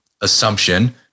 assumption